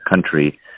country